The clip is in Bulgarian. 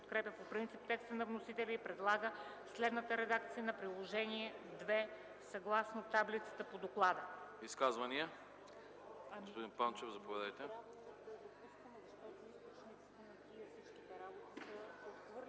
подкрепя по принцип текста на вносителя и предлага следната редакция на Приложение № 3, съгласно доклада.